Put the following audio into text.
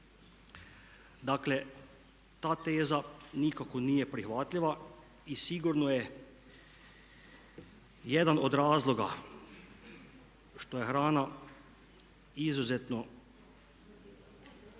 Dakle, ta teza nikako nije prihvatljiva i sigurno je jedan od razloga što je hrana izuzetno,